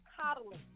coddling